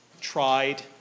tried